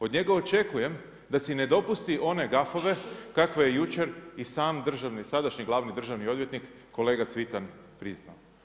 Od njega očekujem da si ne dopusti one gafove kakve je jučer i sam sadašnji glavni državni odvjetnik kolega Cvitan priznao.